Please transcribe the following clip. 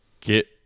get